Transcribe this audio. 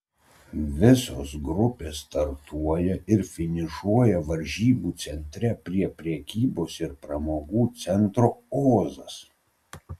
visos grupės startuoja ir finišuoja varžybų centre prie prekybos ir pramogų centro ozas